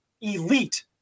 elite